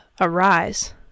arise